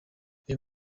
uyu